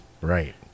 Right